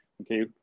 okay